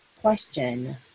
question